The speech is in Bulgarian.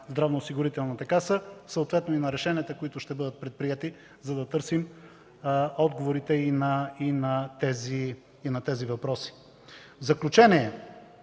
Здравноосигурителната каса, съответно и на решенията, които ще бъдат предприети, за да търсим отговорите и на тези въпроси. В заключение,